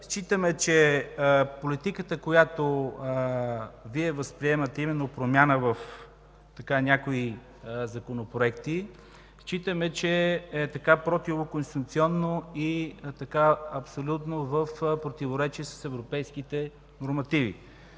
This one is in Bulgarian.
считаме, че политиката, която възприемате, а именно промяна в някои законопроекти, е противоконституционна и е абсолютно в противоречие с европейските нормативи.